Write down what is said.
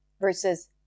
versus